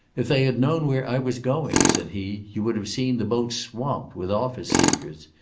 if they had known where i was going, said he, you would have seen the boat swamped with office-seekers.